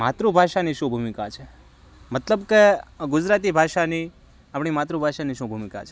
માતૃભાષાની શું ભૂમિકા છે મતલબ કે ગુજરાતી ભાષાની આપણી માતૃભાષાની શું ભૂમિકા છે